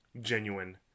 genuine